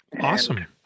Awesome